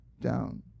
down